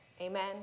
amen